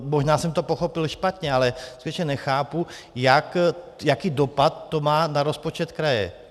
Možná jsem to pochopil špatně, ale skutečně nechápu, jaký dopad to má na rozpočet kraje.